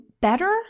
better